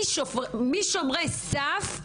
משומרי סף,